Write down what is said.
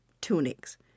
tunics